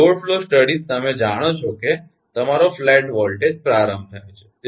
તેથી load flow અભ્યાસ તમે જાણો છો કે તમારો ફ્લેટ વોલ્ટેજ પ્રારંભ થાય છે